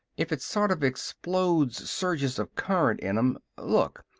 if it sort of explodes surges of current in em look!